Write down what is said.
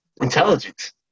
Intelligence